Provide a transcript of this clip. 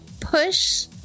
Push